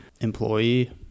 employee